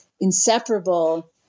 inseparable